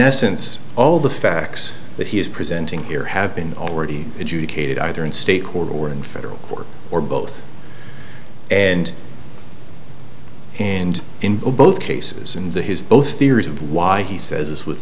essence all the facts that he is presenting here have been already adjudicated either in state court or in federal court or both and and in both cases in the his both theories of why he says this with